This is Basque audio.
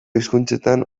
hizkuntzetan